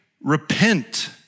repent